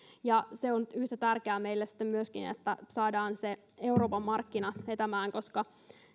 ja se on yhtä tärkeää meille sitten myöskin että saadaan euroopan markkina vetämään koska